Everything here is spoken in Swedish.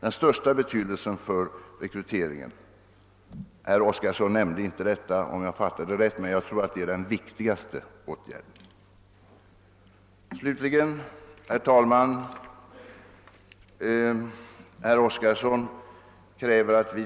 Om jag fattade rätt nämnde herr Oskarson inte den saken, som jag tror är den viktigaste åtgärden i sammanhanget.